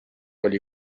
oli